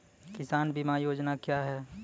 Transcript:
किसान बीमा योजना क्या हैं?